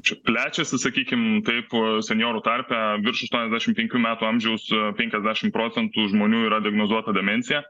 čia plečiasi sakykim taip senjorų tarpe virš aštuoniasdešimt penkių metų amžiaus penkiasdešimt procentų žmonių yra diagnozuota demencija